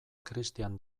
cristian